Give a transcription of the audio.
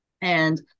and-